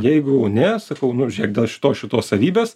jeigu ne sakau nu žiūrėk dėl šitos šitos savybės